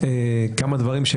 כמה דברים.